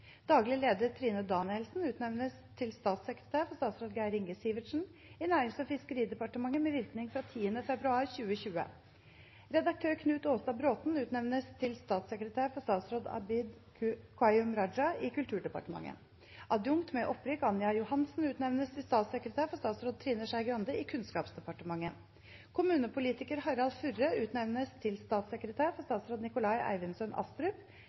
Daglig leder Trine Danielsen utnevnes til statssekretær for statsråd Geir Inge Sivertsen i Nærings- og fiskeridepartementet med virkning fra 10. februar 2020. Redaktør Knut Aastad Bråten utnevnes til statssekretær for statsråd Abid Qayyum Raja i Kulturdepartementet. Adjunkt m/opprykk Anja Johansen utnevnes til statssekretær for statsråd Trine Skei Grande i Kunnskapsdepartementet. Kommunepolitiker Harald Furre utnevnes til statssekretær for statsråd Nikolai Eivindssøn Astrup